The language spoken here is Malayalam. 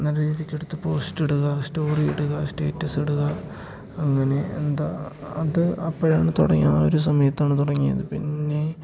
നല്ല രീതിയിലെടുത്ത് പോസ്റ്റ് ഇടുക സ്റ്റോറി ഇടുക സ്റ്റേറ്റസ് ഇടുക അങ്ങനെ എന്താണ് അത് അപ്പോഴാണ് തുടങ്ങിയത് ആ ഒരു സമയത്താണ് തുടങ്ങിയത് പിന്നെ